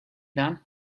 done